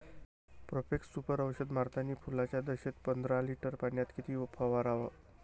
Profex Super औषध मारतानी फुलाच्या दशेत पंदरा लिटर पाण्यात किती फवाराव?